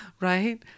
right